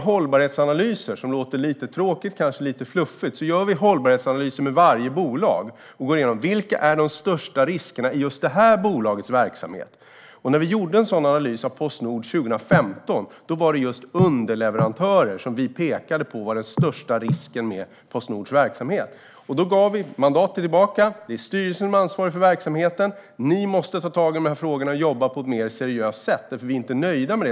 Hållbarhetsanalyser kan låta lite tråkigt och fluffigt, men vi gör hållbarhetsanalyser med varje bolag. Vi går igenom vilka de största riskerna är i just det bolagets verksamhet. När vi gjorde en sådan analys av Postnord 2015 pekade vi på att just underleverantörer var den största risken med Postnords verksamhet. Vi gav ett mandat tillbaka. Det är styrelsen som är ansvarig för verksamheten. Vi ansåg att de måste ta tag i frågorna och jobba på ett mer seriöst sätt eftersom vi inte var nöjda.